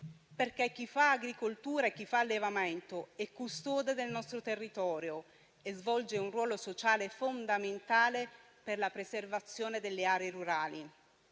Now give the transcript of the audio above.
Chi fa agricoltura e chi fa allevamento è infatti custode del nostro territorio e svolge un ruolo sociale fondamentale per la preservazione delle aree rurali,